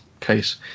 case